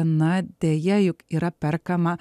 na deja juk yra perkama